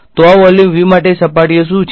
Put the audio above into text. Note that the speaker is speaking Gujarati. તો આ વોલ્યુમ V માટે સપાટીઓ શું છે